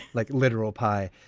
like literal pie.